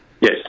Yes